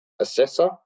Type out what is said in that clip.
assessor